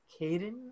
Caden